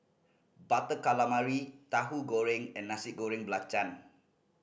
Butter Calamari Tahu Goreng and Nasi Goreng Belacan